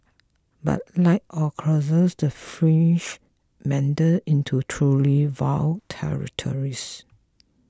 but like all crusades the fringes meandered into truly vile territories